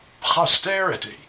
posterity